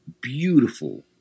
Beautiful